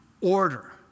order